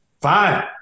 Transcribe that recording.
fine